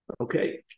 Okay